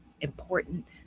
important